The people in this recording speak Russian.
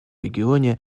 регионе